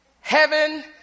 heaven